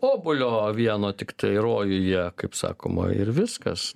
obuolio vieno tiktai rojuje kaip sakoma ir viskas